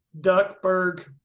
Duckburg